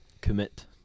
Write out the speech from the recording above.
commit